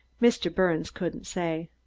mr. birnes couldn't say.